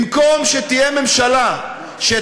במקום שתהיה ממשלה ש,